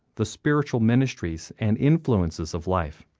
the spiritual ministries and influences of life.